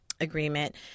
agreement